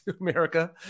America